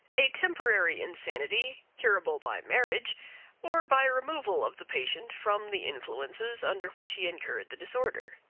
a temporary insanity curable by marriage or by removal of the patient from the influences under which he incurred the disorder.